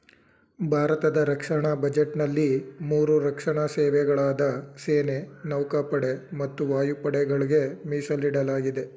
ಭಾರತದ ರಕ್ಷಣಾ ಬಜೆಟ್ನಲ್ಲಿ ಮೂರು ರಕ್ಷಣಾ ಸೇವೆಗಳಾದ ಸೇನೆ ನೌಕಾಪಡೆ ಮತ್ತು ವಾಯುಪಡೆಗಳ್ಗೆ ಮೀಸಲಿಡಲಾಗಿದೆ